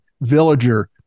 villager